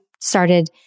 started